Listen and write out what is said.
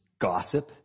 gossip